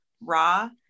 raw